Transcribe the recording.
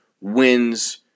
wins